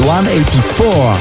184